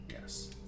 Yes